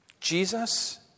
Jesus